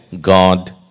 God